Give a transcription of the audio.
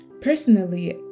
personally